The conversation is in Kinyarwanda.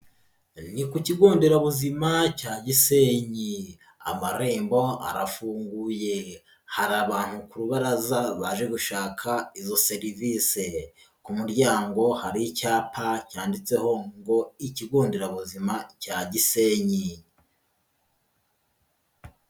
Ni ku kigo nderabuzima cya Gisenyi. Amarembo arafunguye hari abantu ku rubaraza baje gushaka izo serivise, ku muryango hari icyapa cyanditseho ngo ikigo nderabuzima cya Gisenyi.